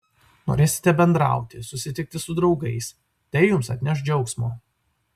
norėsite bendrauti susitikti su draugais tai jums atneš džiaugsmo